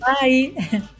Bye